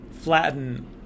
Flatten